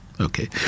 okay